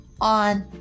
on